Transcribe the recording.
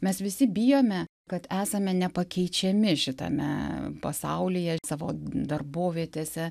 mes visi bijome kad esame nepakeičiami šitame pasaulyje savo darbovietėse